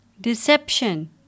Deception